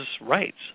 rights